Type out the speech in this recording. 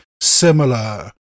similar